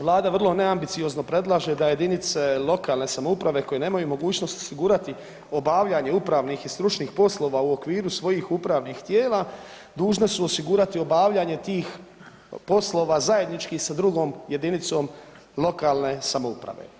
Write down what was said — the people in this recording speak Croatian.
Vlada vrlo neambiciozno predlaže da jedinice lokalne samouprave koje nemaju mogućnost osigurati obavljanje upravnih i stručnih poslova u okviru svojih upravnih tijela dužne su osigurati obavljanje tih poslova zajednički sa drugom jedinicom lokalne samouprave.